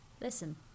Listen